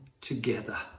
together